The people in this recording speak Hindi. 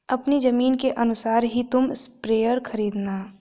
अपनी जमीन के अनुसार ही तुम स्प्रेयर खरीदना